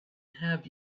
have